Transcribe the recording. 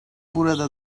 burada